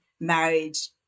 marriage